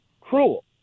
cruel